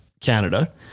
Canada